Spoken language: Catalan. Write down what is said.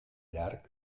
llarg